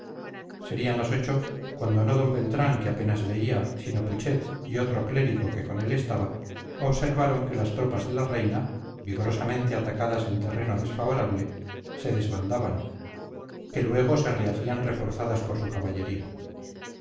serían las ocho cuando no d beltrán que apenas veía sino putxet y otro clérigo que con él estaba observaron que las tropas de la reina vigorosamente atacadas en terreno desfavorable se desbandaban que luego se rehacían reforzadas por su caballería